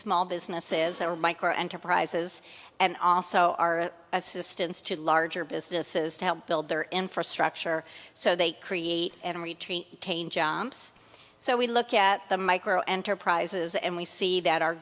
small businesses that are micro enterprises and also are assistance to larger businesses to help build their infrastructure so they create and retreat tain jobs so we look at the micro enterprises and we see that our